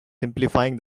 simplifying